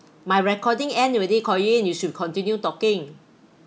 my recording end already ko yin you should continue talking